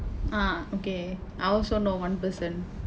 ah okay I also know one person